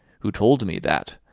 who told me that,